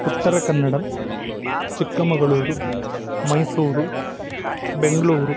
उत्तरकन्नडं Chikkamagaluru Mysuru Bengaluru